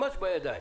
ממש בידיים.